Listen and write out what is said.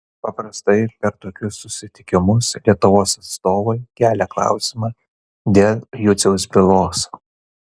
paprastai per tokius susitikimus lietuvos atstovai kelia klausimą dėl juciaus bylos